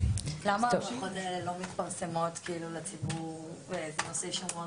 למה ההערכות האלה לא מתפרסמות לציבור בנושא שהוא מאוד